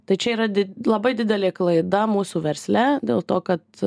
tai čia yra labai didelė klaida mūsų versle dėl to kad